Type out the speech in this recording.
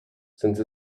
since